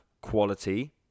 quality